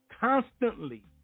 constantly